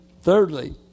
thirdly